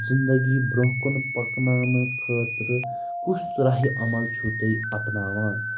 زِنٛدگی برٛونٛہہ کُن پَکناونہٕ خٲطرٕ کُس راہِ عمل چھُو تُہۍ اپناوان